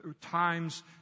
times